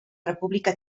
república